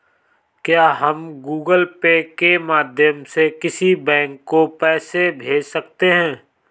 क्या हम Google Pay के माध्यम से किसी बैंक को पैसे भेज सकते हैं?